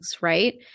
right